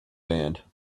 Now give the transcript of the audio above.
band